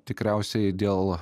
tikriausiai dėl